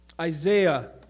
Isaiah